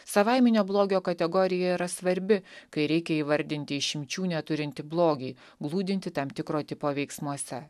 savaiminio blogio kategorija yra svarbi kai reikia įvardinti išimčių neturintį blogį glūdintį tam tikro tipo veiksmuose